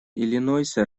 иллинойса